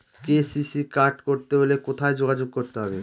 KCC card করতে হলে কোথায় যোগাযোগ করতে হবে?